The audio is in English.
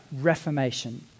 reformation